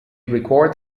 record